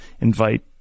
invite